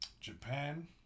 Japan